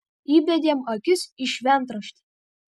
įbedėm akis į šventraštį